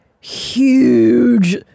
huge